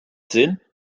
sinn